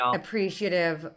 appreciative